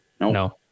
No